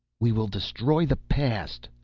we will destroy the past,